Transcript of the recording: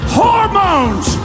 hormones